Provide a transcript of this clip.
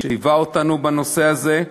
שליווה אותנו בנושא הזה,